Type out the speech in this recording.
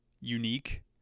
unique